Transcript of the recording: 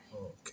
Okay